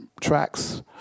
Tracks